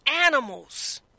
animals